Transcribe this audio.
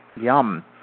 Yum